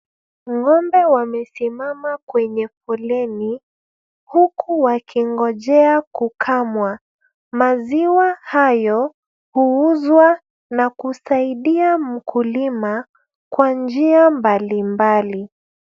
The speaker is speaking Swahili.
Ng’ombe wamesimama kwenye foleni huku wakingojea kukamwa. Maziwa hayo huuzwa na kusaidia mkulima kwa njia mbalimbali.